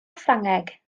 ffrangeg